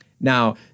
Now